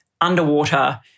underwater